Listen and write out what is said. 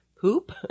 poop